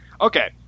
Okay